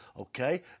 okay